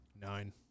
Nine